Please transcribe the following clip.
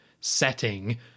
setting